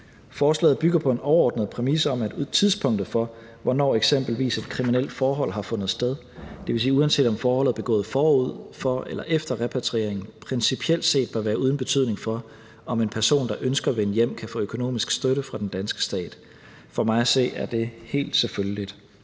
Forslaget bygger på en overordnet præmis om, at tidspunktet for, hvornår eksempelvis et kriminelt forhold har fundet sted – det vil sige, at uanset om forholdet er begået forud for eller efter repatrieringen – principielt set bør være uden betydning for, om en person, der ønsker at vende hjem, kan få økonomisk støtte fra den danske stat. For mig at se er det helt selvfølgeligt.